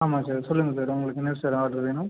ஆமாம் சார் சொல்லுங்கள் சார் உங்களுக்கு என்ன சார் ஆட்ரு வேணும்